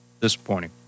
Disappointing